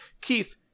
Keith